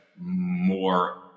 more